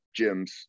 gyms